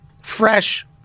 fresh